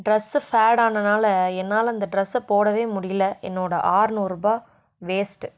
dress ஃபேடானனால் என்னால் அந்த ட்ரெஸ்ஸை போடவே முடியலை என்னோடய ஆற்நூறுபாய் வேஸ்ட்டு